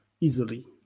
easily